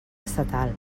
estatal